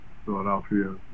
Philadelphia